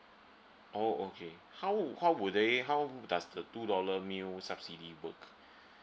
oh okay how would how would they how does the two dollar meal subsidy work